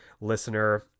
listener